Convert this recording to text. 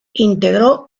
integró